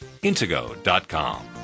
intego.com